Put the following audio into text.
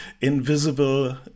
invisible